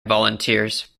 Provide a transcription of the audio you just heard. volunteers